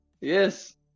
Yes